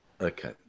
okay